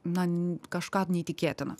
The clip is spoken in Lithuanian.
na kažką neįtikėtina